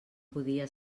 podia